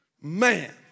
Man